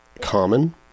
common